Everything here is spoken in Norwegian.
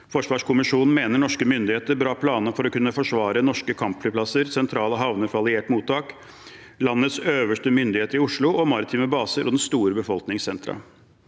«Forsvarskommisjonen mener norske myndigheter bør ha planer for å kunne forsvare norske kampflybaser, sentrale havner for alliert mottak, landets øverste myndigheter i Oslo og maritime baser og store befolkningssentra